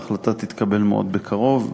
ההחלטה תתקבל מאוד בקרוב,